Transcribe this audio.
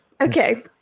Okay